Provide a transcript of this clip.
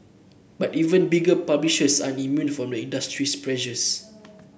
but even bigger publishers are immune from the industry's pressures